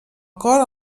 cor